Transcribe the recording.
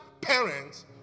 parents